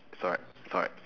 it's alright it's alright